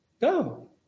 go